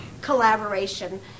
collaboration